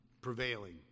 prevailing